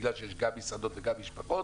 בגלל שיש גם מסעדות וגם משפחות,